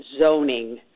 zoning